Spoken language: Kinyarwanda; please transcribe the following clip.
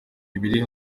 ibiri